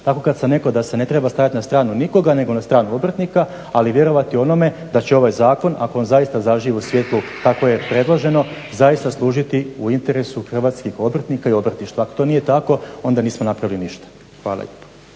Tako da se netko, da se ne treba stajat na stranu nikoga nego na stranu obrtnika ali vjerovati onome da će ovaj zakon ako on zaista zaživi u svjetlu kako je predloženo zaista služiti u interesu hrvatskih obrtnika i obrtništva. Ako to nije tako onda nismo napravili ništa. Hvala